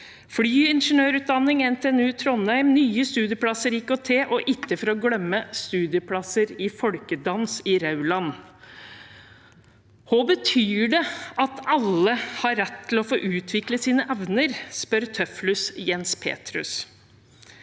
flyingeniørutdanning ved NTNU Trondheim, nye studieplasser i IKT, og, for ikke å glemme, studieplasser i folkedans i Rauland. Hva betyr det at alle har rett til å få utvikle sine evner, spør Tøfflus Jens Petrus.